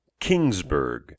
Kingsburg